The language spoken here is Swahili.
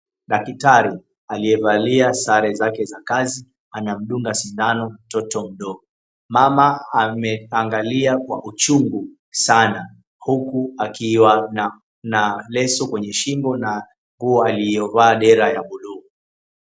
Daktari aliye valia sare zake za kazi, anamdunga sindano mtoto mdogo. Mama ameangalia kwa uchungu sana huku akiwa na leso kwenye shingo na nguo aliyovaa ni dera ya kudumu.